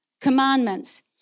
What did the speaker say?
commandments